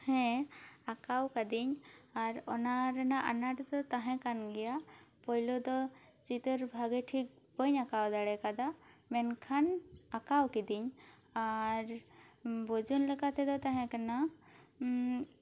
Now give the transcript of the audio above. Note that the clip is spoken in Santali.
ᱦᱮᱸ ᱟᱸᱠᱟᱣ ᱠᱟᱹᱫᱤᱧ ᱟᱨ ᱚᱱᱟ ᱨᱮᱱᱟᱜ ᱟᱱᱟᱴ ᱫᱚ ᱛᱟᱦᱮᱸ ᱠᱟᱱ ᱜᱮᱭᱟ ᱯᱩᱭᱞᱩ ᱫᱚ ᱪᱤᱛᱟᱹᱨ ᱵᱷᱟᱹᱜᱤ ᱴᱷᱤᱠ ᱵᱟᱹᱧ ᱟᱸᱠᱟᱣ ᱫᱟᱲᱮ ᱠᱟᱣ ᱫᱟ ᱢᱮᱱᱠᱷᱟᱱ ᱟᱸᱠᱟᱣ ᱠᱤᱫᱟᱹᱧ ᱟᱨ ᱵᱚᱡᱚᱱ ᱞᱮᱠᱟ ᱛᱮᱫᱚ ᱛᱟᱦᱮᱸ ᱠᱟᱱᱟ